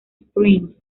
spring